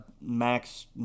Max